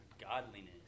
godliness